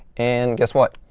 and guess what?